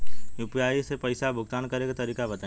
UPI से पईसा भुगतान करे के तरीका बताई?